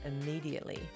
immediately